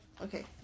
Okay